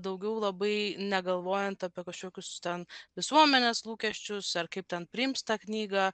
daugiau labai negalvojant apie kažkokius ten visuomenės lūkesčius ar kaip ten priims tą knygą